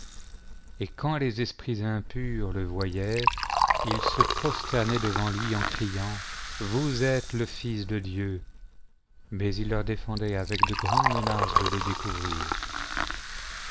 et quand les esprits impurs le voyaient ils se prosternaient devant lui en criant vous êtes le fils de dieu mais il leur défendait avec de grandes menaces de le découvrir